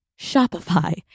Shopify